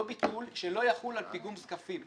לא ביטול שלא יחול על פיגום זקפים.